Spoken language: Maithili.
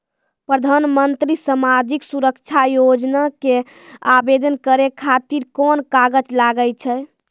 प्रधानमंत्री समाजिक सुरक्षा योजना के आवेदन करै खातिर कोन कागज लागै छै?